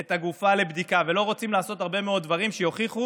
את הגופה לבדיקה ולא רוצים לעשות הרבה מאוד דברים שיוכיחו